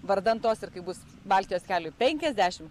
vardan tos ir kai bus baltijos keliui penkiasdešim